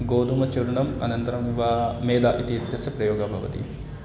गोधूमचूर्णम् अनन्तरं वा मेदा इति इत्यस्य प्रयोगः भवति